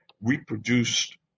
reproduced